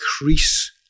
increase